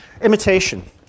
Imitation